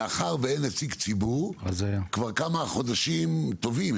מאחר ואין נציג ציבור כבר כמה חודשים טובים,